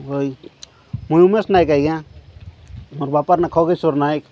ହଇ ମୁଇଁ ଉମେଶ ନାଏକ ଆଜ୍ଞା ମୋର ବାପାର ନା ଖଗେଶ୍ୱର ନାଏକ